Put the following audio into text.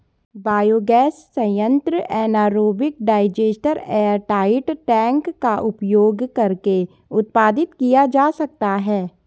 biogas संयंत्र anaerobic digester airtight tank का उपयोग करके उत्पादित किया जा सकता है